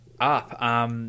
up